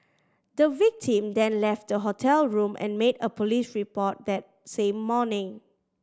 the victim then left the hotel room and made a police report that same morning